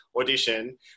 audition